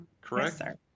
Correct